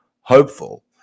hopeful